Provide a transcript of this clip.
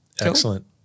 excellent